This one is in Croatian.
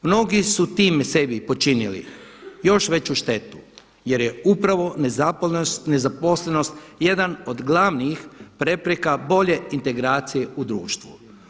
Mnogi su time sebi počinili još veću štetu jer je upravo nezaposlenost jedan od glavnih prepreka bolje integracije u društvu.